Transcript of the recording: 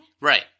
Right